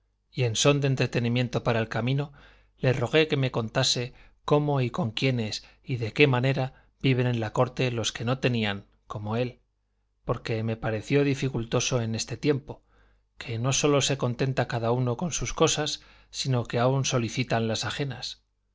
y en son de entretenimiento para el camino le rogué que me contase cómo y con quiénes y de qué manera viven en la corte los que no tenían como él porque me parecía dificultoso en este tiempo que no solo se contenta cada uno con sus cosas sino que aun solicitan las ajenas